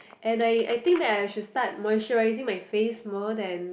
and I I think that I should start moisturising my face more than